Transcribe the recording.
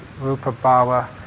rupa-bhava